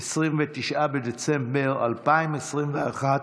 29 בדצמבר 2021,